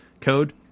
code